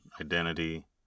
identity